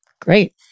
Great